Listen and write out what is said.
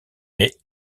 mais